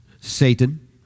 Satan